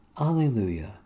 Alleluia